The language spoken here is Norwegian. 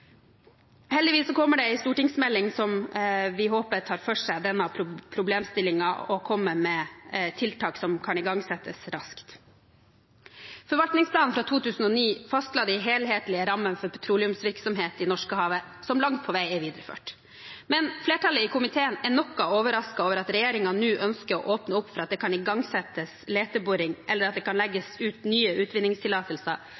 kommer det en stortingsmelding, som vi håper tar for seg denne problemstillingen og kommer med tiltak som kan igangsettes raskt. Forvaltningsplanen fra 2009 fastla de helhetlige rammene for petroleumsvirksomhet i Norskehavet, som langt på vei er videreført. Men flertallet i komiteen er noe overrasket over at regjeringen nå ønsker å åpne for at det kan igangsettes leteboring, eller at det kan